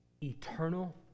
eternal